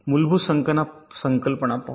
मूलभूत संकल्पना पाहू